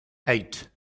eight